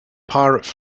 pirate